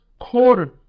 quarter